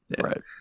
Right